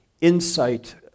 insight